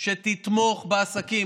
שתתמוך בעסקים.